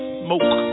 smoke